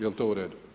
Jel' to u redu?